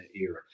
era